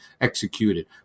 executed